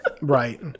Right